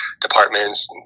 departments